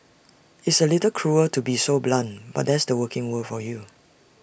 it's A little cruel to be so blunt but that's the working world for you